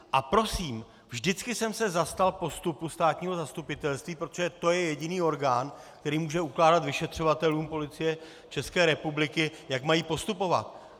A prosím, vždycky jsem se zastal postupu státního zastupitelství, protože to je jediný orgán, který může ukládat vyšetřovatelům Policie České republiky, jak mají postupovat.